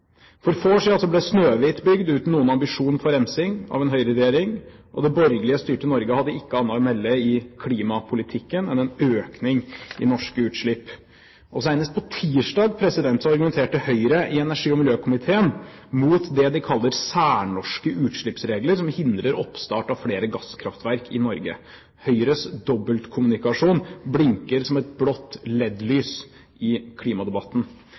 For få år siden ble Snøhvit bygd av en høyreregjering, uten noen ambisjon for rensing, og det borgerlig styrte Norge hadde ikke annet å melde i klimapolitikken enn en økning i norske utslipp. Senest på tirsdag argumenterte Høyre i energi- og miljøkomiteen imot det de kaller særnorske utslippsregler som hindrer oppstart av flere gasskraftverk i Norge. Høyres dobbeltkommunikasjon blinker som et blått LED-lys i klimadebatten.